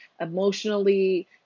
emotionally